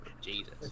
Jesus